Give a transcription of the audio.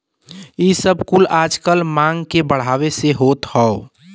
इ सब कुल आजकल मांग के बढ़ले से होत हौ